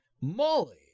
Molly